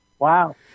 Wow